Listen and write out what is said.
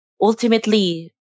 ultimately